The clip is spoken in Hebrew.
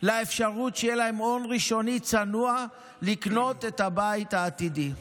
לאפשרות שיהיה להם הון ראשוני צנוע לקנות את הבית העתידי.